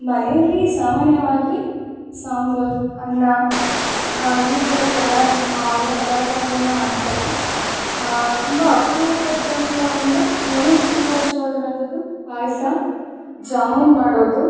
ಮನೇಲಿ ಸಾಮಾನ್ಯವಾಗಿ ಸಾಂಬಾರ್ ಅನ್ನ ಈ ಥರದ್ದೆಲ್ಲ ಎಲ್ಲ ಪದಾರ್ಥಗಳನ್ನ ಮಾಡ್ತಾರೆ ತುಂಬ ಅಪರೂಪದಂಥ ಅಂದರೆ ನನಗೆ ತುಂಬ ಇಷ್ಟವಾಗಿರುವಂಥದ್ದು ಪಾಯಸ ಜಾಮೂನ್ ಮಾಡೋದು